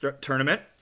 tournament